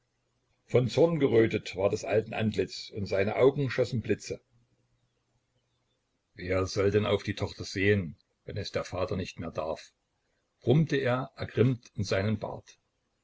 von zorn gerötet war des alten antlitz und seine augen schossen blitze wer soll denn auf die tochter sehen wenn es der vater nicht mehr darf brummte er ergrimmt in seinen bart